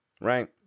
Right